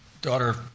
daughter